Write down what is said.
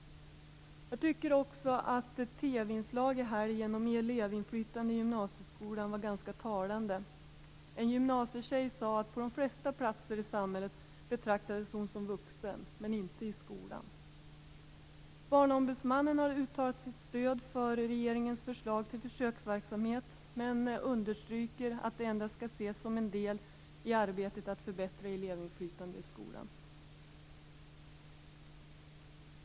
Jag tycker också att ett TV-inslag i helgen om elevinflytande i gymnasieskolan var ganska talande. En gymnasietjej sade att på de flesta platser i samhället betraktas hon som vuxen, men inte i skolan. Barnombudsmannen har uttalat sitt stöd för regeringens förslag till försöksverksamhet, men understryker att det endast skall ses som en del i arbetet med att förbättra elevinflytandet i skolan.